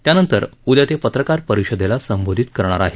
त्यानंतर उद्या ते पत्रकार परिषदेला संबोधित करणार आहेत